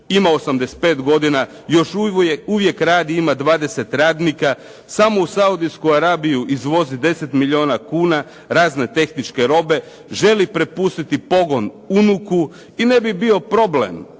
ima 85 godina i još uvijek radi, ima 20 radnika. Samo u Saudijsku Arabiju izvozi 10 milijuna kuna razne tehničke robe. Želi prepustiti pogon unuku i ne bi bio problem